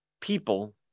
people